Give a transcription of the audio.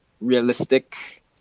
realistic